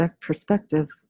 perspective